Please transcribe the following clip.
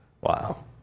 Wow